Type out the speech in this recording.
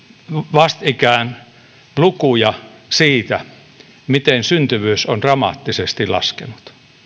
vastikään lukuja siitä miten syntyvyys on dramaattisesti laskenut